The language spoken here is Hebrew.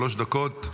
שלוש דקות,